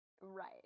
Right